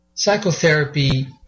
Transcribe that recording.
Psychotherapy